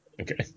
Okay